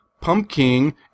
pumpkin